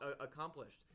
accomplished